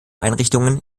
einrichtungen